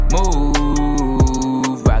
Move